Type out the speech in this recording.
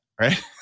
right